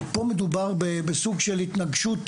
פה מדובר בסוג של התנגשות,